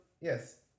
yes